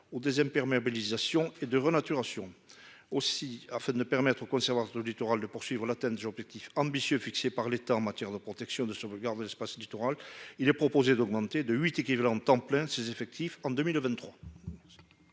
permet réalisation et de renaturation. Aussi, afin de permettre aux conservateurs sur le littoral de poursuivre la tête du objectifs ambitieux fixés par l'État en matière de protection de sauvegarde de se passer du rôle. Il est proposé d'augmenter de 8 équivalents temps plein ses effectifs en 2023.